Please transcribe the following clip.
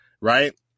right